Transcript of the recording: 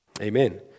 Amen